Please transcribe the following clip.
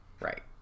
right